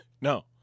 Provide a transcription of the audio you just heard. no